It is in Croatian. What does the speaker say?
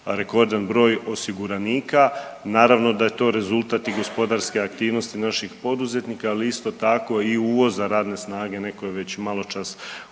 rekordan broj osiguranika. Naravno da je to i rezultat i gospodarske aktivnosti naših poduzetnika, ali isto tako i uvoza radne snage. Netko je već maločas